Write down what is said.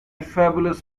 fabulous